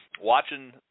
watching